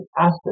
asset